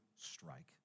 strike